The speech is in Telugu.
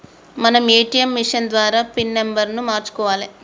మనం ఏ.టీ.యం మిషన్ ద్వారా పిన్ నెంబర్ను మార్చుకోవాలే